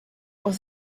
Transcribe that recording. was